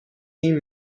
این